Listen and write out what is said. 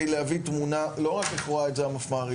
להביא תמונה לא רק איך רואה את זה המפמ"רית,